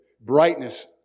brightness